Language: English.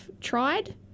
tried